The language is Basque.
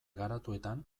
garatuetan